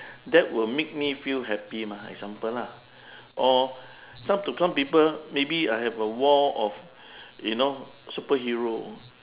that will make me feel happy mah example lah or some to some people maybe uh have a wall of you know superhero